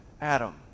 Adam